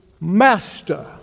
master